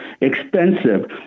expensive